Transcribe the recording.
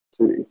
City